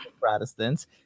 Protestants